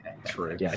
True